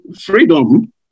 Freedom